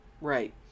Right